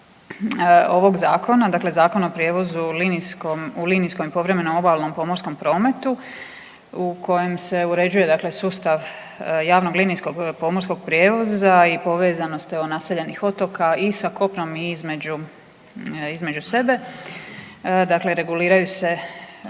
ovog zakona, dakle Zakona o prijevozu u linijskom i povremenom obalnom pomorskom prometu u kojem se uređuje sustav javnog linijskog pomorskog prijevoza i povezanost evo naseljenih otoka i sa kopnom i između sebe dakle reguliraju se